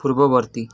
ପୂର୍ବବର୍ତ୍ତୀ